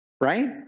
Right